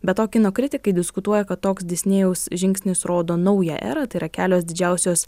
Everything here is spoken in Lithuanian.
be to kino kritikai diskutuoja kad toks disnėjaus žingsnis rodo naują erą tai yra kelios didžiausios